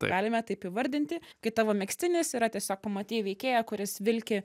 galime taip įvardinti kai tavo megztinis yra tiesiog pamatei veikėją kuris vilki